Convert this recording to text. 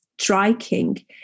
striking